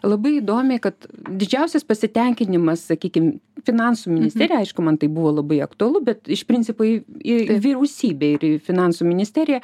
labai įdomiai kad didžiausias pasitenkinimas sakykim finansų ministerija aišku man tai buvo labai aktualu bet iš principo į į ėvyriausybę ir į finansų ministeriją